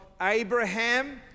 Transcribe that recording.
Abraham